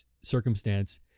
circumstance